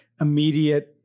immediate